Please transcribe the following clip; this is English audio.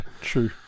True